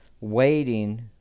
waiting